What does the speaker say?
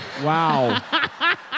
Wow